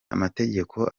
amategeko